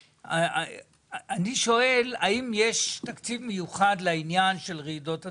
האם יש תקציב מיוחד לעניין של רעידות אדמה?